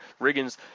riggins